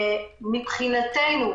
מבחינתנו,